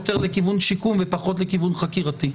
יותר לכיוון שיקום ופחות לכיוון חקירתי.